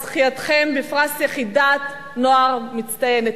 על זכייתכם בפרס יחידת נוער מצטיינת.